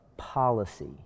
Policy